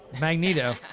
Magneto